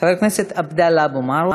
חבר הכנסת עבדאללה אבו מערוף,